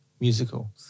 musical